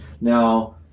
Now